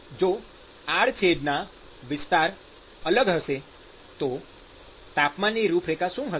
જો આડછેડના વિસ્તાર અલગ હશે તો તાપમાનની રૂપરેખા શું હશે